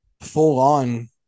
full-on